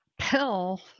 pill